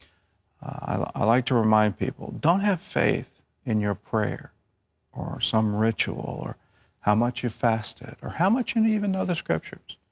i like to remind people, don't have faith in your prayer or some ritual or how much you fasted or how much you and even know the scriptures.